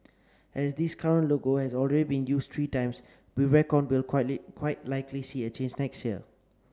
as this current logo has already been used three times we reckon we'll quite likely see a change next year